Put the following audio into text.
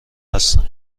هستم